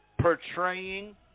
portraying